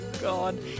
God